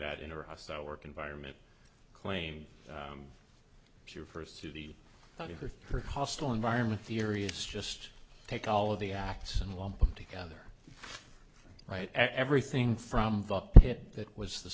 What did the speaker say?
that in a hostile work environment claimed she refers to the current hostile environment theory is just take all of the acts and lump them together right everything from it that was the